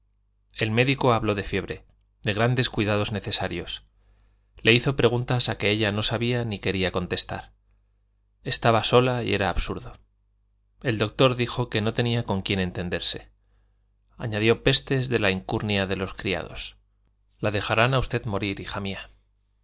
el médico habló de fiebre de grandes cuidados necesarios le hizo preguntas a que ella no sabía ni quería contestar estaba sola y era absurdo el doctor dijo que no tenía con quien entenderse añadió pestes de la incuria de los criados la dejarán a usted morir